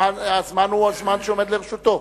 הזמן הוא הזמן שעומד לרשותו.